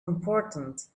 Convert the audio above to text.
important